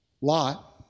Lot